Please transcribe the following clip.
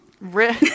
Rip